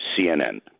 CNN